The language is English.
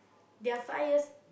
their five years